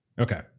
okay